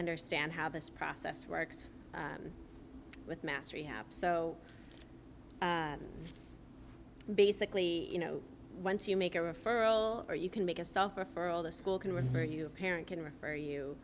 understand how this process works with mass rehab so basically you know once you make a referral or you can make a software for all the school can remember you a parent can refer you